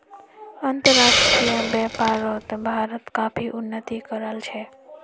अंतर्राष्ट्रीय व्यापारोत भारत काफी उन्नति कराल छे